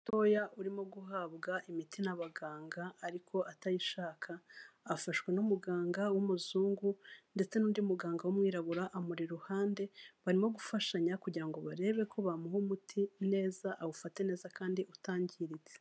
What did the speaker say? Mutoya urimo guhabwa imiti n'abaganga ariko atayishaka, afashwe n'umuganga w'umuzungu ndetse n'undi muganga w'umwirabura amuri iruhande barimo gufashanya kugira ngo barebe ko bamuha umuti neza awufatate neza kandi utangiritse.